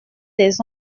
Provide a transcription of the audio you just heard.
des